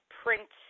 print